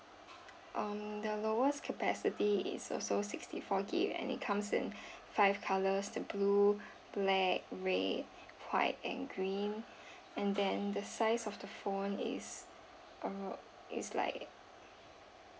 um the lowest capacity is also sixty four G_B and it comes in five colours the blue black red white and green and then the size of the phone is uh is like